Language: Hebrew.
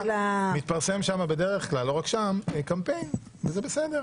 מתפרסם שם בדרך כלל לא רק שם - קמפיין וזה בסדר.